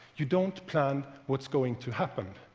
you don't plan what's going to happen.